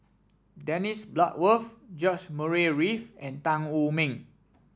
Dennis Bloodworth George Murray Reith and Tan Wu Meng